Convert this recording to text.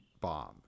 bomb